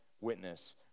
witness